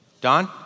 Don